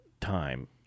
time